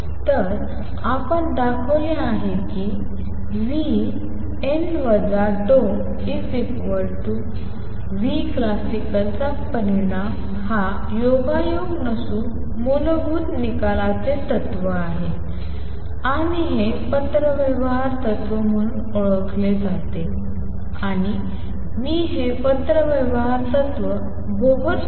तर आपण दाखवले आहे की nn τ τclasical चा परिणाम हा योगायोग नसून मूलभूत निकालाचे तत्त्व आहे आणि हे पत्रव्यवहार तत्त्व म्हणून ओळखले जाते आणि मी हे पत्रव्यवहार तत्त्व बोहर